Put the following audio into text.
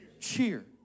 cheer